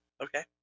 Okay